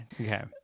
Okay